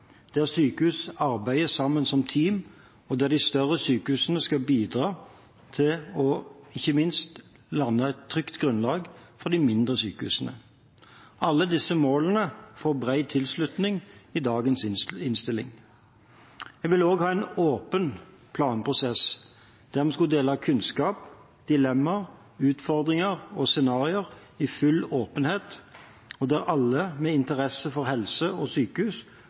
der sykehus arbeider sammen som team, og der de større sykehusene skal bidra til ikke minst å danne et trygt grunnlag for de mindre sykehusene. Alle disse målene får bred tilslutning i dagens innstilling. Jeg ville også ha en åpen planprosess, der vi skulle dele kunnskap, dilemmaer, utfordringer og scenarioer i full åpenhet, og der alle med interesse for helse og sykehus